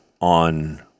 on